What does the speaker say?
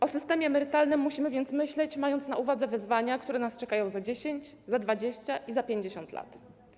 O systemie emerytalnym musimy więc myśleć mając na uwadze wyzwania, które nas czekają za 10, 20 i 50 lat.